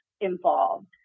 involved